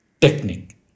technique